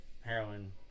heroin